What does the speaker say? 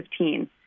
2015